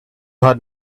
hand